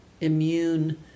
immune